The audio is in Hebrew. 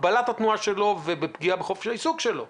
הגבלת התנועה שלו והפגיעה בחופש העיסוק שלו.